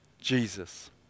Jesus